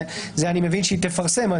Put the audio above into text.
זה אני מבין שהיא תפרסם.